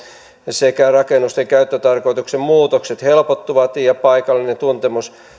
sekä rakennusten käyttötarkoituksen muutokset helpottuvat ja paikallinen tuntemus